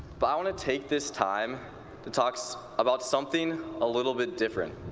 but i wan to take this time to talk so about something a little bit different,